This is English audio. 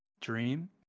dream